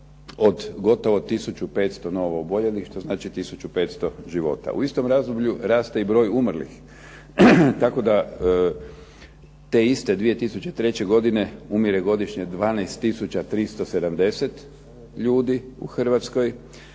od gotovo 1500 novo oboljelih, što znači 1500 života. U istom razdoblju raste i broj umrlih, tako da te iste 2003. godine umire godišnje 12 tisuća 370 ljudi u Hrvatskoj,